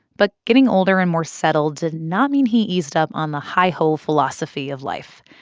but getting older and more settled did not mean he eased up on the heigh-ho philosophy of life.